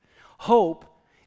Hope